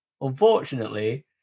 Unfortunately